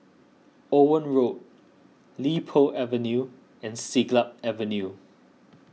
Owen Road Li Po Avenue and Siglap Avenue